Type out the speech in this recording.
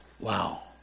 Wow